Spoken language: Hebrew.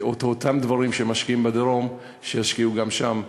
אותם דברים שמשקיעים בדרום ישקיעו גם שם.